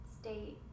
State